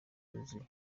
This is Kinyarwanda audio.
yuzuye